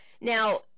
Now